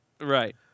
Right